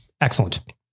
Excellent